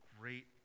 Great